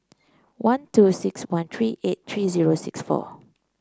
one two six one three eight three zero six four